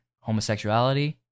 homosexuality